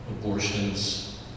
abortions